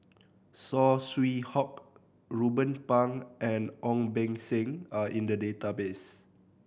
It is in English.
Saw Swee Hock Ruben Pang and Ong Beng Seng are in the database